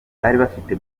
bafite